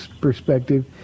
perspective